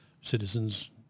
citizens